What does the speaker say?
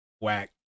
whack